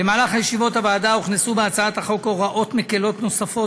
במהלך ישיבות הוועדה הוכנסו בהצעת החוק הוראות מקילות נוספות,